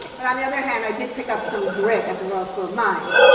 but on the other hand, i did pick up some grit at the royal school of mines.